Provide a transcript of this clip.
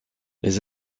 les